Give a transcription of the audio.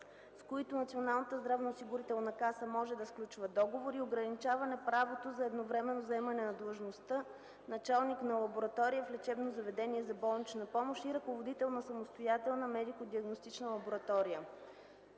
с които Националната здравноосигурителна каса може да сключва договор, и ограничаване правото за едновременно заемане на длъжността „началник на лаборатория” в лечебно заведение за болнична помощ и ръководител на самостоятелна медико диагностична лаборатория.